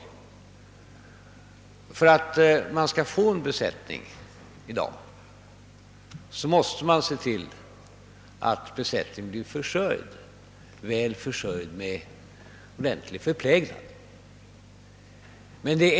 Om man över huvud taget skall få någon besättning måste man se till att besättningen blir väl försörjd med ordentlig förplägnad.